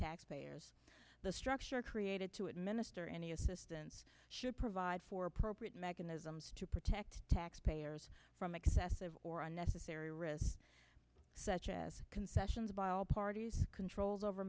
taxpayers the structure created to administer any assistance should provide for appropriate mechanisms to protect taxpayers from excessive or unnecessary risks such as concessions by all parties controls over